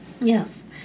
Yes